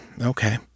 okay